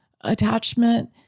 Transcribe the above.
attachment